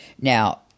Now